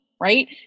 right